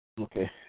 okay